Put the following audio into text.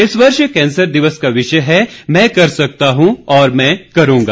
इस वर्ष कैंसर दिवस का विषय है मैं कर सकता हूं और मैं करूंगा